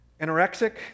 Anorexic